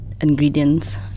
ingredients